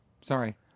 Sorry